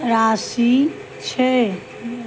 राशि छै